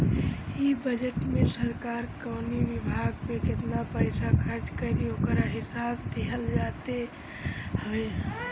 इ बजट में सरकार कवनी विभाग पे केतना पईसा खर्च करी ओकर हिसाब दिहल जात हवे